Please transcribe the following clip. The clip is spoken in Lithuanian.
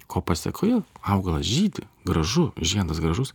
ko pasekoje augalas žydi gražu žiedas gražus